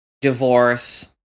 divorce